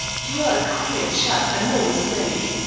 you are a queer chap, and no mistake.